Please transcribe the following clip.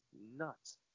nuts